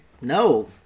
No